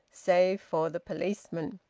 save for the policeman.